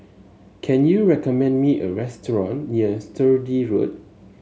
can you recommend me a restaurant near Sturdee Road